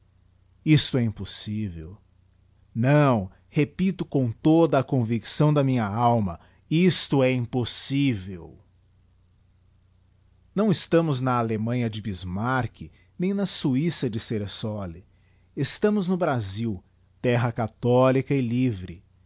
isto é impossível não repito com toda a convicção da minha alma isto é impossível não estamos na allemanha de bismarck nçní na suissa de ceresole estamos no brasil terra cathouca e livre